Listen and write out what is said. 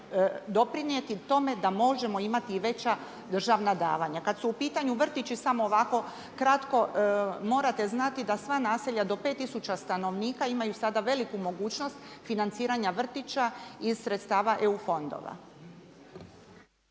doprinijeti tome da možemo imati i veća državna davanja. Kada su u pitanju vrtići samo ovako kratko, morate znati da sva naselja do 5 tisuća stanovnika imaju sada veliku mogućnost financiranja vrtića iz sredstava EU fondova.